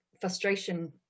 frustration